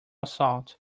assault